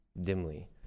dimly